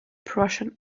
prussian